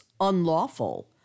unlawful